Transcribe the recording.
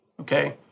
okay